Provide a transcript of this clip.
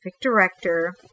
director